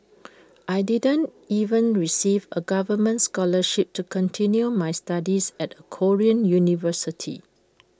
I didn't even receive A government scholarship to continue my studies at A Korean university